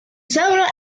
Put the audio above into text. several